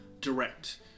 direct